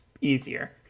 easier